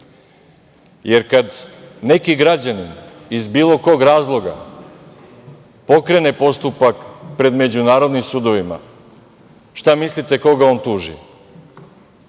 jer kada neki građanin iz bilo kog razloga pokrene postupak pred međunarodnim sudovima, šta mislite koga on tuži?